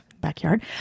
backyard